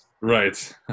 Right